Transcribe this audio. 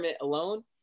alone